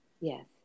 Yes